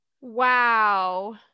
Wow